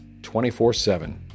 24-7